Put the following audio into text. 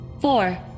Four